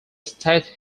state